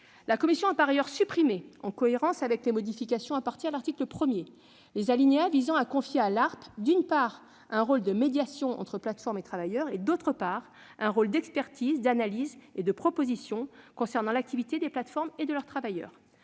La commission a par ailleurs supprimé, par cohérence avec les modifications apportées à l'article 1, les alinéas visant à confier à l'ARPE, d'une part, un rôle de médiation entre plateformes et travailleurs et, d'autre part, un rôle d'expertise, d'analyse et de proposition concernant l'activité des plateformes et de leurs travailleurs.